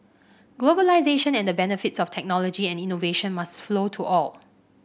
globalisation and the benefits of technology and innovation must flow to all